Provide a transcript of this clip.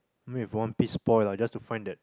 what if one piece spoil just to find that